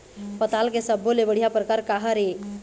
पताल के सब्बो ले बढ़िया परकार काहर ए?